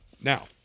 Now